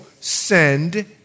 send